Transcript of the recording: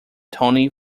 tony